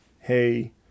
Hey